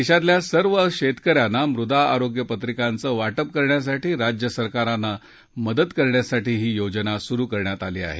देशातल्या सर्व शेतकऱ्यांना मृदा आरोग्य पत्रिकांचं वाटप करण्यासाठी राज्य सरकारांना मदत करण्यासाठी ही योजना सुरु करण्यात आली आहे